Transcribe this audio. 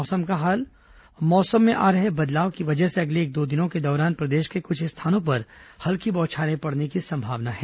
मौसम मौसम में आ रहे बदलाव की वजह से अगले एक दो दिनों के दौरान प्रदेश के कुछ स्थानों पर हल्की बौछारें पड़ने की सम्भावना है